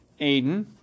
Aiden